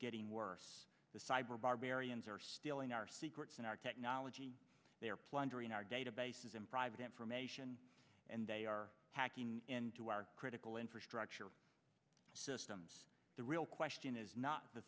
getting worse the cyber barbarians are stealing our secrets and our technology they are plundering our databases and private information and they are hacking into our critical infrastructure systems the real question is not the